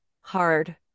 hard